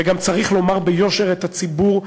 וגם צריך לומר ביושר לציבור,